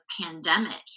pandemic